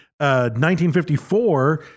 1954